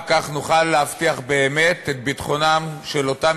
רק כך נוכל להבטיח באמת את ביטחונם של אותם